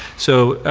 so,